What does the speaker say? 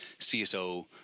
CSO